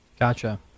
Gotcha